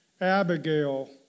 Abigail